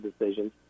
decisions